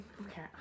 Okay